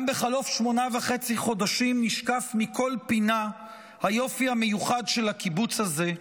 גם בחלוף שמונה חודשים וחצי נשקף מכל פינה היופי המיוחד של הקיבוץ הזה,